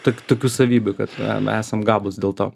tok tokių savybių kad esam gabūs dėl to